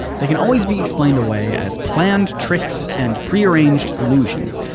they can always be explained away as planned tricks and pre-arranged illusions.